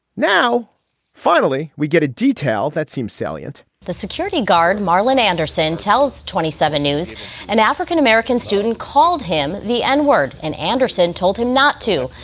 now finally we get a detail that seems salient the security guard marlin andersen tells twenty seven news an african-american student called him the n-word and anderson told him not to.